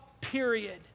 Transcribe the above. period